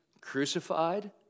crucified